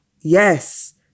yes